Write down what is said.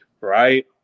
right